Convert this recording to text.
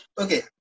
okay